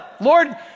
Lord